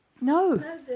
No